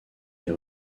est